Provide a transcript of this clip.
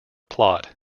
plot